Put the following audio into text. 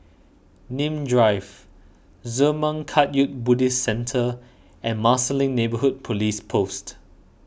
Nim Drive Zurmang Kagyud Buddhist Centre and Marsiling Neighbourhood Police Post